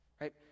Right